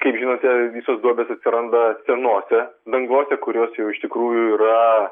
kaip žinote visos duobės atsiranda senose dangose kurios jau iš tikrųjų yra